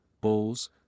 bowls